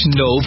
no